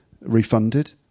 refunded